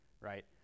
right